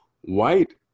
white